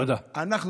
אנחנו,